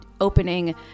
opening